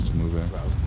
move out?